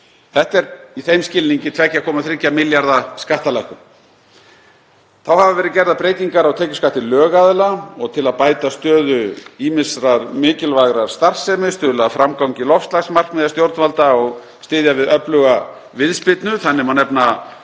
Þetta er í þeim skilningi 2,3 milljarða kr. skattalækkun. Þá hafa verið gerðar breytingar á tekjuskatti lögaðila og til að bæta stöðu ýmissar mikilvægrar starfsemi, stuðla að framgangi loftslagsmarkmiða stjórnvalda og styðja við öfluga viðspyrnu. Þannig má nefna